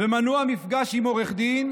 ומנוע מפגש עם עורך דין,